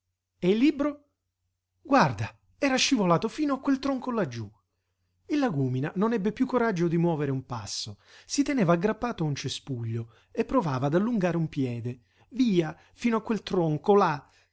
e il libro guarda era scivolato fino a quel tronco laggiù il lagúmina non ebbe piú coraggio di muovere un passo si teneva aggrappato a un cespuglio e provava ad allungare un piede via fino a quel tronco là